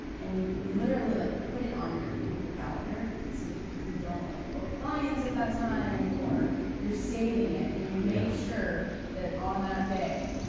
and you literally like put it on your google calendar, so that you don't like book clients at that time, or you're saving it, and you make sure that on that day,